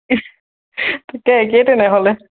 তাকে একেই তেনেহ'লে